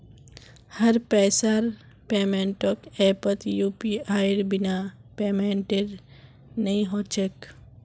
हर पैसार पेमेंटक ऐपत यूपीआईर बिना पेमेंटेर नइ ह छेक